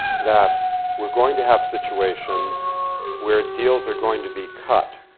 that we're going to have situations where deals are going to be cut.